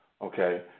Okay